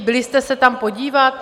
Byli jste se tam podívat?